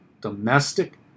Domestic